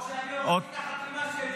זה חוק שאני --- את החתימה שלי.